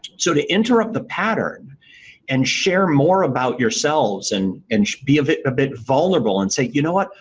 so, to interrupt the pattern and share more about yourselves and and be a bit bit vulnerable and say, you know what,